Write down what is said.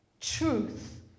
Truth